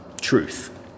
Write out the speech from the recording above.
truth